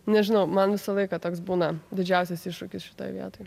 nežinau man visą laiką toks būna didžiausias iššūkis šitoj vietoj